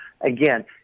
again